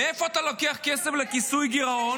מאיפה אתה לוקח כסף לכיסוי הגירעון?